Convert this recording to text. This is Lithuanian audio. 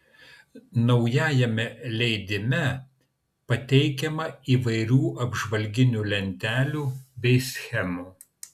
naujajame leidime pateikiama įvairių apžvalginių lentelių bei schemų